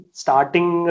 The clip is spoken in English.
starting